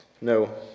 No